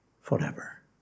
forever